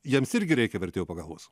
jiems irgi reikia vertėjo pagalbos